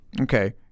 Okay